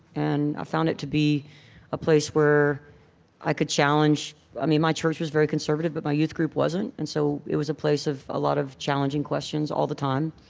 and i ah found it to be a place where i could challenge i mean, my church was very conservative, but my youth group wasn't. and so it was a place of a lot of challenging questions all the time.